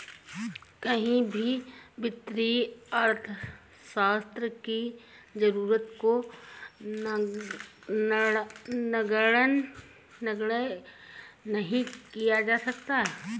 कहीं भी वित्तीय अर्थशास्त्र की जरूरत को नगण्य नहीं किया जा सकता है